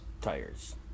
tires